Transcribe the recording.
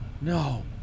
No